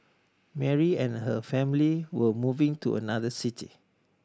Mary and her family were moving to another city